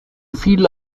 fiel